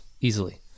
easily